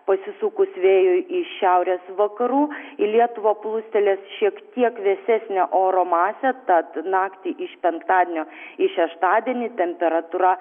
pasisukus vėjui iš šiaurės vakarų lietuvą plūstelės šiek tiek vėsesnio oro masė tad naktį iš penktadienio į šeštadienį temperatūra